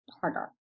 harder